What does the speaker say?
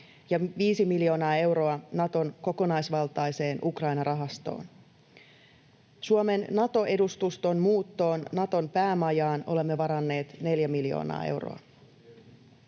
ja 5 miljoonaa euroa Naton kokonaisvaltaiseen Ukraina-rahastoon. Suomen Nato-edustuston muuttoon Naton päämajaan olemme varanneet 4 miljoonaa euroa.